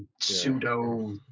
pseudo